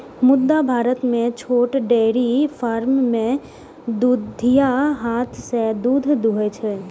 मुदा भारत मे छोट डेयरी फार्म मे दुधिया हाथ सं दूध दुहै छै